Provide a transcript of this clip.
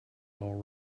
all